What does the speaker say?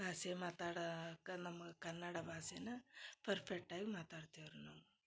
ಭಾಷೆ ಮಾತಾಡಾಕೆ ನಮ್ಗ ಕನ್ನಡ ಭಾಷೆನ ಪರ್ಫೆಕ್ಟಾಗ ಮಾತಾಡ್ತೆವೆ ರೀ ನಾವು